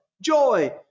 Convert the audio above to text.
joy